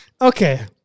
Okay